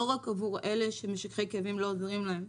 רק עבור אלה שמשככי כאבים לא עוזרים להם.